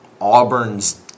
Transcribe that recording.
Auburn's